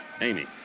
Amy